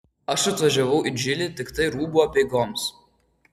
aš atvažiavau į džilį tiktai rūbų apeigoms